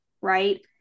right